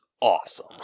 awesome